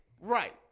right